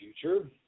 future